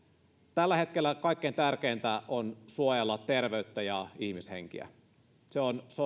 tällä hetkellä kaikkein tärkeintä on suojella terveyttä ja ihmishenkiä se